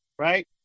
right